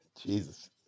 Jesus